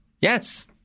Yes